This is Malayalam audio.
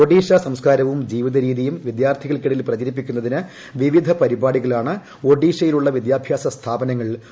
ഒഡിയ സംസ്ക്കാരവും ജീവിത്യ രീതിയും വിദ്യാർത്ഥികൾക്കിടയിൽ പ്രചരിപ്പിക്കുന്നതിന് വിവിധ പരിപാടികളാണ് ഒഡീഷയിലുള്ള വിദ്യാഭ്യാസ സ്ഥാപനങ്ങൾ സംഘടിപ്പിക്കുന്നത്